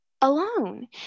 alone